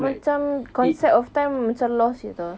macam concept of time macam lost you tahu